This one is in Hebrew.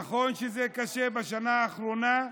נכון שזה קשה בשנה האחרונה,